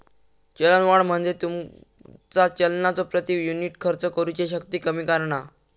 चलनवाढ म्हणजे तुमचा चलनाचो प्रति युनिट खर्च करुची शक्ती कमी करणा